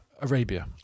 Arabia